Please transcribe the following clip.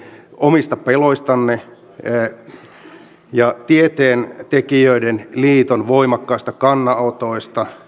omista peloistanne ja tieteentekijöiden liiton voimakkaista kannanotoista